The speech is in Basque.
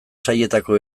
sailetako